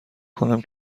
کنم